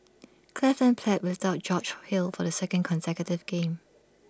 cleveland played without George hill for the second consecutive game